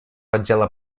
отдела